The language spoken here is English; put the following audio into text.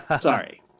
Sorry